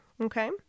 Okay